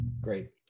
Great